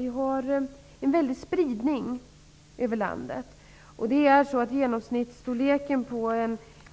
Vi har en väldig spridning över landet. Genomsnittsstorleken på